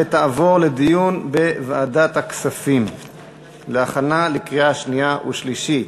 ותעבור לדיון בוועדה הכספים להכנה לקריאה שנייה ושלישית.